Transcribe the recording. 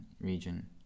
region